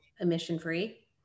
emission-free